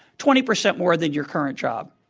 twenty percent more than your current job.